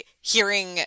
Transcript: hearing